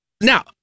Now